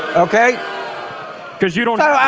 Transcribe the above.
ok because you don't know.